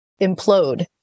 implode